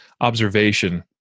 observation